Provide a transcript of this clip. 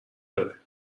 داره